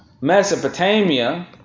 Mesopotamia